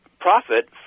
profit